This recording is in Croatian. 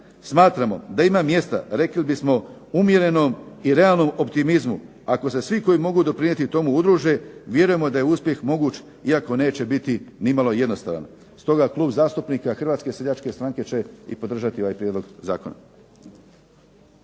smatramo da ima mjesta rekli bismo umjerenom i realnom optimizmu. Ako se svi koji mogu doprinijeti tomu udruže vjerujemo da je uspjeh moguć iako neće biti ni malo jednostavan. Stoga Klub zastupnika Hrvatske seljačke stranke će i podržati ovaj prijedlog zakona.